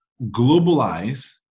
globalize